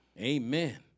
Amen